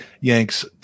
Yanks